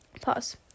pause